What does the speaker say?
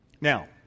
Now